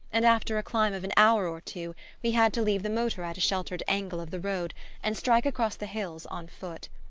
and after a climb of an hour or two we had to leave the motor at a sheltered angle of the road and strike across the hills on foot.